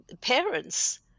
parents